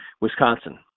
Wisconsin